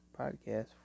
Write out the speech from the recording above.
podcast